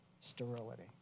sterility